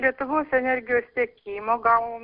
lietuvos energijos tiekimo gavom